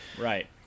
Right